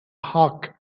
hawke